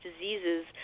diseases